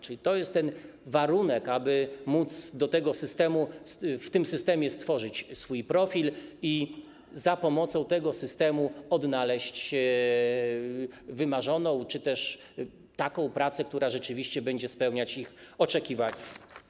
Czyli to jest ten warunek, aby móc w tym systemie stworzyć swój profil i za pomocą tego systemu odnaleźć wymarzoną czy też taką pracę, która rzeczywiście będzie spełniać ich oczekiwania.